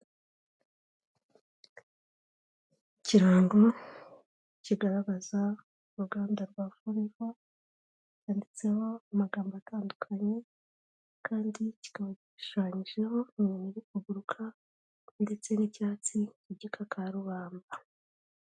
Ikirango kigaragaza uruganda rwa foreva handitseho amagambo atandukanye kandi kikaba gishushanyijeho inyoni iri kuguruka ndetse n'icyatsi n'igikakarubamba.